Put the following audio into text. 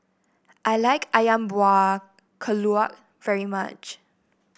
I like ayam Buah Keluak very much